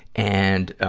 and, ah,